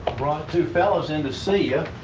brought two fellows in to see you.